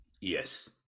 yes